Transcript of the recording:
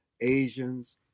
Asians